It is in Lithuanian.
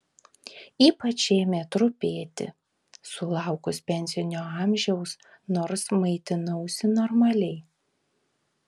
ypač ėmė trupėti sulaukus pensinio amžiaus nors maitinausi normaliai